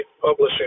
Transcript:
Publishing